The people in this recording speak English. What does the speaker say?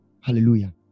Hallelujah